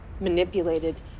manipulated